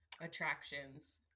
attractions